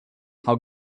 how